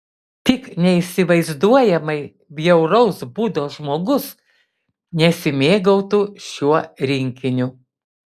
tik neįsivaizduojamai bjauraus būdo žmogus nesimėgautų šiuo rinkiniu